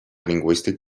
lingüístic